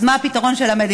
אז מה הפתרון של המדינה?